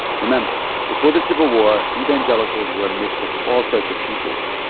remember. before the civil war, evangelicals were a mix of all sorts of people,